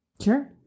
Sure